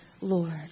Lord